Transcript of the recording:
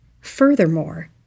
Furthermore